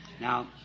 Now